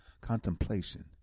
contemplation